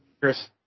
Chris